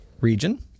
region